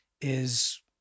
is-